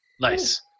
Nice